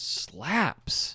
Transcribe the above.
slaps